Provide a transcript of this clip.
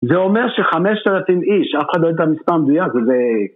זה אומר שחמשת אלפים איש, אף אחד לא יודע את המספר המדוייק, וזה...